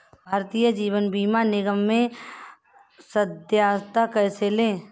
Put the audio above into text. भारतीय जीवन बीमा निगम में सदस्यता कैसे लें?